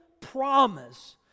promise